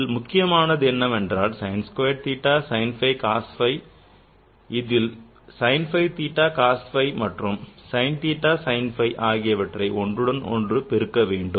இதில் முக்கியமானது என்னவென்றால் sin squared theta sin phi cos phi which is sin theta cos phi and sin theta sin phi ஆகியவற்றை ஒன்றுடன் ஒன்று பெருக்க வேண்டும்